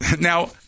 Now